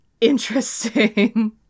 interesting